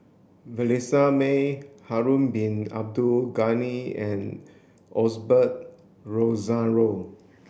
Vanessa Mae Harun Bin Abdul Ghani and Osbert Rozario